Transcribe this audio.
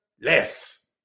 less